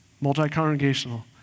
Multi-congregational